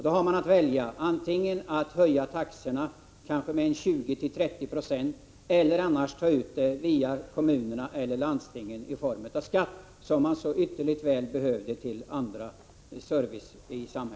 Där har man i ett sådant fall att välja mellan att höja taxorna med kanske 20-30 96 och att via kommunerna och landstingen täcka kostnaderna med skattemedel, som så ytterligt väl behövs för annan samhällsservice.